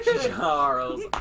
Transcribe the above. Charles